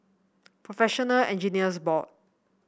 Professional Engineers Board